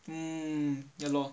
mm ya lor